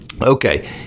Okay